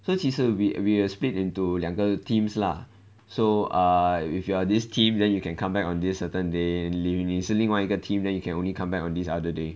so 其实 we we will split into 两个 teams lah so err if you are this team then you can come back on this certain day if 你是另外一个 team then you can only come back on this other day